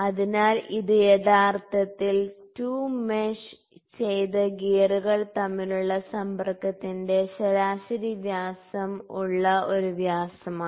അതിനാൽ ഇത് യഥാർത്ഥത്തിൽ 2 മെഷ് ചെയ്ത ഗിയറുകൾ തമ്മിലുള്ള സമ്പർക്കത്തിന്റെ ശരാശരി വ്യാസം ഉള്ള ഒരു വ്യാസമാണ്